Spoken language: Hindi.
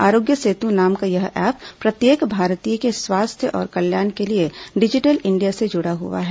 आरोग्य सेतु नाम का यह ऐप प्रत्येक भारतीय के स्वास्थ्य और कल्याण के लिए डिजिटल इंडिया से जुड़ा हुआ है